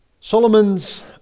Solomon's